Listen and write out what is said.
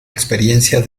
experiencia